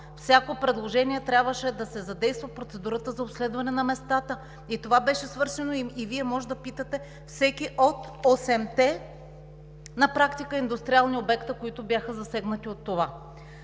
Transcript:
по предложение трябваше да се задейства процедурата за обследване на местата. И това беше свършено. Вие можете да питате всеки от осемте, на практика, индустриални обекта, които бяха засегнати от това,